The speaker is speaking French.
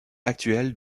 actuel